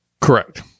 Correct